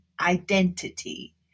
identity